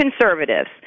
conservatives